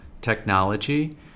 technology